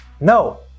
no